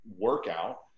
workout